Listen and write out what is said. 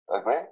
Agree